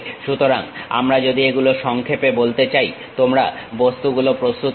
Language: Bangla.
সুতরাং আমরা যদি এগুলো সংক্ষেপে বলতে চাই তোমরা বস্তুগুলো প্রস্তুত করো